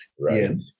right